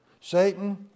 Satan